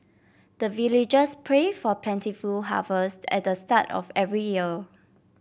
the villagers pray for plentiful harvest at the start of every year